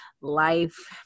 life